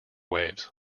waves